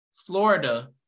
Florida